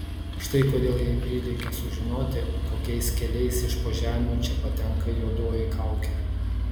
štai kodėl jai prireikė sužinoti kokiais keliais iš po žemių čia patenka juodoji kaukė